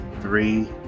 three